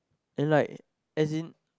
and like as in